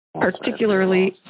particularly